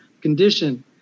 condition